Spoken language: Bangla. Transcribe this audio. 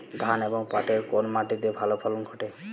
ধান এবং পাটের কোন মাটি তে ভালো ফলন ঘটে?